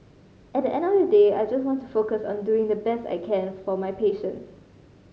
at the end of the day I just want to focus on doing the best I can for my patients